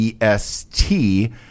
EST